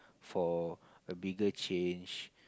for a bigger change